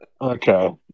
Okay